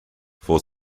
for